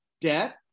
Debt